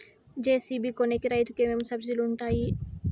JCB కొనేకి రైతుకు ఏమేమి సబ్సిడి లు వుంటాయి?